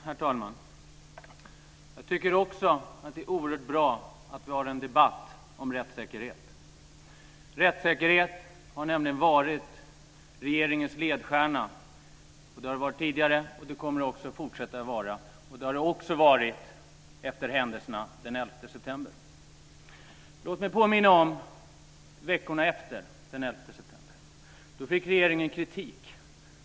Herr talman! Jag tycker också att det är oerhört bra att vi har en debatt om rättssäkerhet. Rättssäkerhet har nämligen varit regeringens ledstjärna - har varit det tidigare och kommer att fortsätta att vara det. Så har det också varit efter händelserna den 11 september. Låt mig påminna om veckorna efter den 11 september. Då fick regeringen kritik.